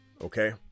Okay